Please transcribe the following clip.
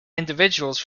individuals